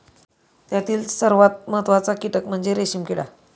त्यातील सर्वात महत्त्वाचा कीटक म्हणजे रेशीम किडा